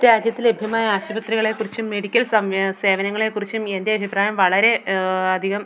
ഒരു രാജ്യത്ത് ലഭ്യമായ ആശുപത്രികളെ കുറിച്ചും മെഡിക്കൽ സേവനങ്ങളെ കുറിച്ചും എൻ്റെ അഭിപ്രായം വളരെ അധികം